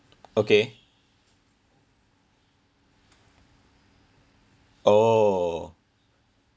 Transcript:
okay oh